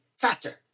faster